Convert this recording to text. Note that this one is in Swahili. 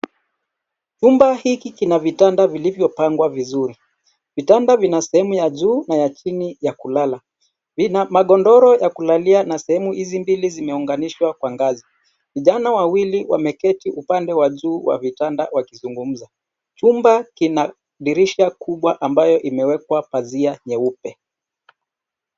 Chumba hiki kina vitanda vilivyopangwa vizuri. Vitanda vina sehemu ya juu na ya chini ya kulala. Vina magodoro ya kulalia na sehemu hizi mbili zimeunganishwa kwa ngazi. Vijana wawili wameketi upande wa juu wa vitanda wakizungumza. Chumba kina dirisha kubwa ambayo imewekwa pazia nyeupe.